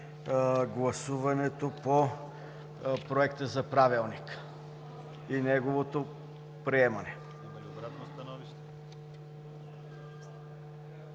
гласуването по Проекта за правилник и неговото приемане.